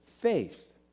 faith